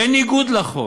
בניגוד לחוק,